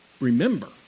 remember